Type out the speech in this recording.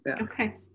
Okay